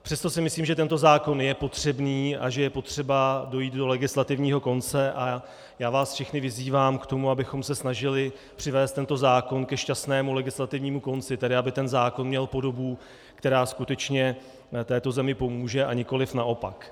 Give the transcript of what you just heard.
Přesto si myslím, že tento zákon je potřebný a že je potřeba dojít do legislativního konce, a všechny vás vyzývám k tomu, abychom se snažili přivést tento zákon ke šťastnému legislativnímu konci, tedy aby ten zákon měl podobu, která skutečně této zemi pomůže, a nikoliv naopak.